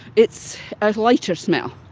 it's a lighter smell.